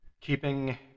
keeping